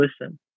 listen